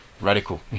Radical